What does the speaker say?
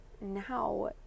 Now